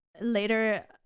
later